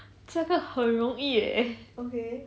这个很容易 eh